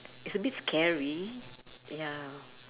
it's a bit scary ya